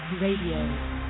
Radio